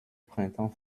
printemps